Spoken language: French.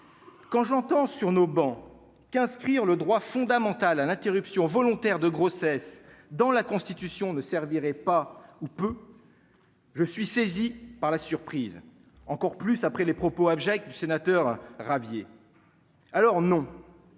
quand j'entends sur nos bancs qu'inscrire le droit fondamental à l'interruption volontaire de grossesse dans la Constitution ne servirait pas ou peu. Je suis saisi par la surprise encore plus après les propos abjects du sénateur Ravier alors non